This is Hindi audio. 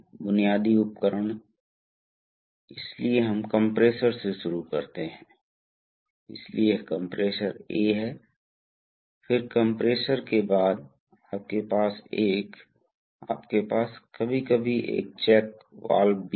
दूसरी ओर यदि आप इसे टैंक से जोड़ते हैं तो इस मामले में यह गुरुत्वाकर्षण द्वारा होता है इसलिए लोड के कारण यह यह बात सामने आएगी और द्रव टैंक में धकेल दिया जाएगा यदि आप चाहते हैं पॉवर स्ट्रोक आपको इसे पंप से कनेक्ट करे यदि आप चाहते हैं कि यह हमें वापस लेना है तो हमें इसे टैंक से जोड़ना होगा